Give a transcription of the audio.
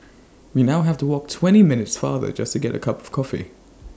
we now have to walk twenty minutes farther just to get A cup of coffee